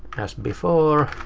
as before.